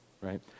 right